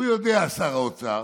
הוא יודע, שר האוצר,